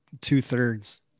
two-thirds